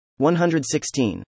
116